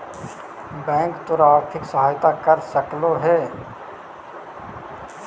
bank तोर आर्थिक सहायता कर सकलो हे